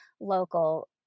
local